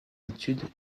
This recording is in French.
études